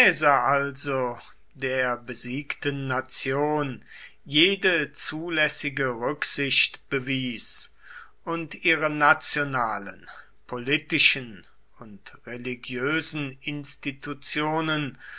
also der besiegten nation jede zulässige rücksicht bewies und ihre nationalen politischen und religiösen institutionen